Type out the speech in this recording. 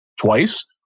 twice